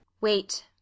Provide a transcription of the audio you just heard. Wait